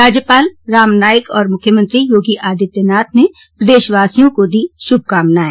राज्यपाल रामनाईक और मुख्यमंत्री योगी आदित्यनाथ ने प्रदेशवासियों को दी श्रभकामनाएं